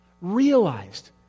realized